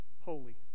holy